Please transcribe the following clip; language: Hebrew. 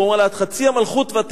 והוא אומר לה "עד חצי המלכות ותעש",